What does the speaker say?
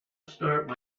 start